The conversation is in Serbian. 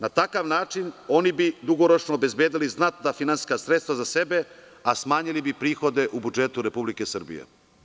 Na takav način oni bi dugoročno obezbedili znatna finansijska sredstva za sebe, a smanjili bi prihode u budžetu Republike Srbije.